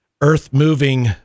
earth-moving